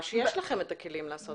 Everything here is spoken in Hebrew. שיש לכם את הכלים לעשות את זה.